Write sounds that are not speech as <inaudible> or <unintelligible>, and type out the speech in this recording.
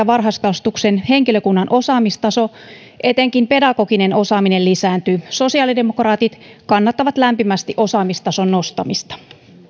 <unintelligible> varhaiskasvatuksen henkilökunnan osaamistaso etenkin pedagoginen osaaminen lisääntyy sosiaalidemokraatit kannattavat lämpimästi osaamistason nostamista